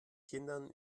kindern